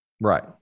Right